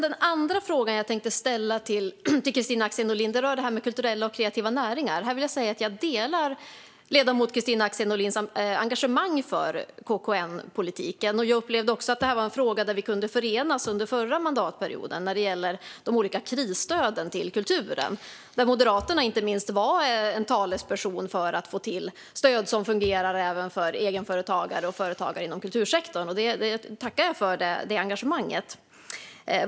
Den andra frågan jag tänkte ställa till Kristina Axén Olin rör kulturella och kreativa näringar. Jag delar ledamoten Kristina Axén Olins engagemang för KKN-politiken. Jag upplevde också att detta var en fråga där vi kunde enas under förra mandatperioden, när det gällde de olika krisstöden till kulturen. Inte minst Moderaterna var talespersoner för att få till stöd som fungerar även för egenföretagare och företagare inom kultursektorn. Jag tackar för det engagemanget.